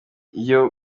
iyo